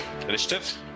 Initiative